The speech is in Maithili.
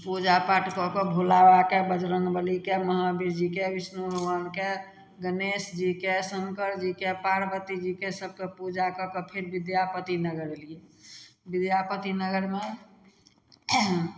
पूजा पाठ कऽ कऽ भोलाबाबाके बजरंग बलीके महावीर जीके विष्णु भगवानके गणेश जीके शङ्कर जीके पार्वती जीके सबके पूजा कऽ कऽ फेर विद्यापति नगर अयलियै विद्यापति नगरमे